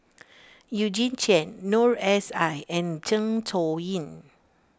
Eugene Chen Noor S I and Zeng Shouyin